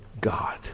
God